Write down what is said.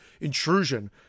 intrusion